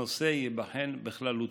הנושא ייבחן בכללותו.